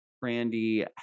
Brandy